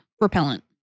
repellent